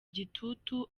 gitutu